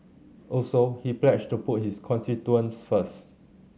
also he pledged to put his constituents first